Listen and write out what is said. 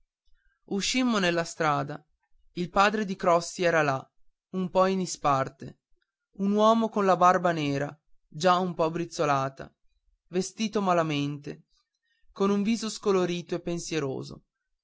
uscimmo nella strada il padre di crossi era là un po in disparte un uomo con la barba nera già un po brizzolata vestito malamente con un viso scolorito e pensieroso